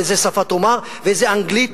באיזו שפה תאמר ובאיזו אנגלית,